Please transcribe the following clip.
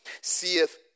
seeth